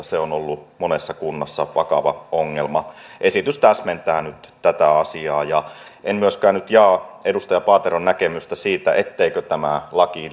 se on ollut monessa kunnassa vakava ongelma esitys täsmentää nyt tätä asiaa en nyt myöskään jaa edustaja paateron näkemystä siitä etteikö tämä laki